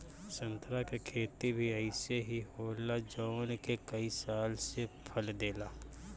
संतरा के खेती भी अइसे ही होला जवन के कई साल से फल देला